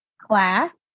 class